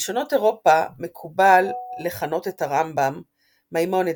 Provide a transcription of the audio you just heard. בלשונות אירופה מקובל לכנות את הרמב"ם Maimonides,